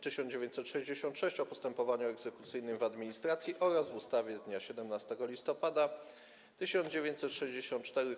1966 r. o postępowaniu egzekucyjnym w administracji oraz w ustawie z dnia 17 listopada 1964 r.